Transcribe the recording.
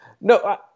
No